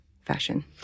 fashion